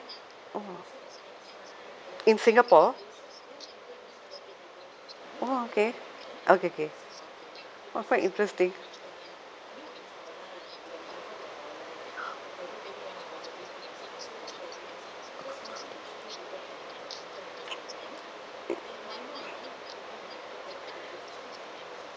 oh in singapore orh okay okay okay oh quite interesting